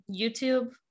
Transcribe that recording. YouTube